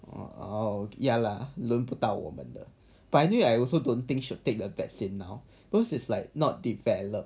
oh ya lah 轮不到我们的 but anyway I also don't think should take the vaccine now because it's like not developed